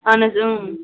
اہن حظ اۭں